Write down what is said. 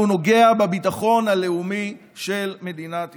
נוגע בביטחון הלאומי של מדינת ישראל.